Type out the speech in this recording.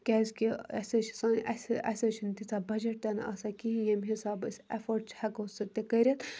کیٛازِکہِ أسۍ حظ چھِ سٲنۍ اَسہِ اَسہِ حظ چھِنہٕ تیٖژاہ بَجَٹ تِنہٕ آسان کِہیٖنۍ ییٚمہِ حِساب أسۍ اٮ۪فٲٹ چھِ ہٮ۪کو سُہ تہِ کٔرِتھ